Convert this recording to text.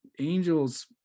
angels